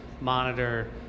monitor